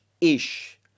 ish